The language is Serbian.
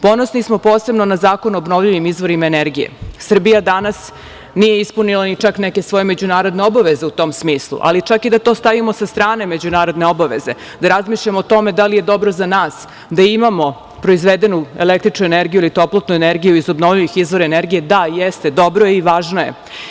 Ponosni smo posebno na zakon o obnovljivim izvorima energije, Srbija danas nije ispunila ni čak neke svoje međunarodne obaveze u tom smislu, ali čak i da to stavimo sa strane međunarodne obaveze, da razmišljamo o tome da li je dobro za nas da imamo proizvedenu električnu energiju ili toplotnu energiju iz obnovljivih izvora energije, da jeste, dobro je, i važno je.